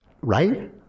right